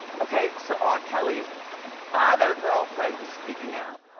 okay so r. kelly's other girlfriend is speaking out.